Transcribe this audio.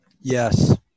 Yes